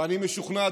ואני משוכנע,